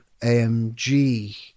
AMG